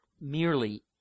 merely